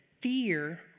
Fear